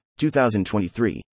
2023